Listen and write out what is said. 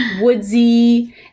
woodsy